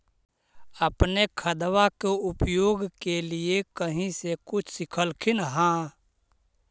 अपने खादबा के उपयोग के लीये कही से कुछ सिखलखिन हाँ?